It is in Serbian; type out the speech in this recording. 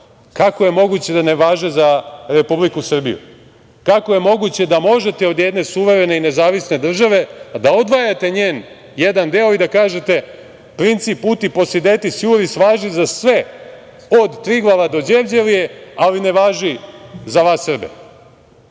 kako je moguće da ne važe za Republiku Srbiju, kako je moguće da možete od jedne suverene i nezavisne države da odvajate njen jedan deo i da kažete – princip „uti posedetis juris“ važi za sve od Triglava do Đevđelije, ali ne važi za vas Srbe.